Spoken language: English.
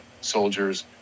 soldiers